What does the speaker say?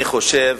אני חושב